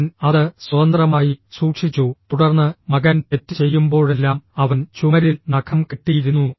അവൻ അത് സ്വതന്ത്രമായി സൂക്ഷിച്ചു തുടർന്ന് മകൻ തെറ്റ് ചെയ്യുമ്പോഴെല്ലാം അവൻ ചുമരിൽ നഖം കെട്ടിയിരുന്നു